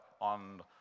on